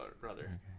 brother